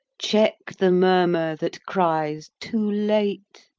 check the murmur that cries, too late!